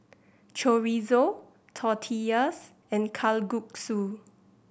Chorizo Tortillas and Kalguksu